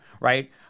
right